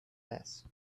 less